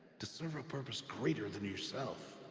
to serve a purpose greater than yourself!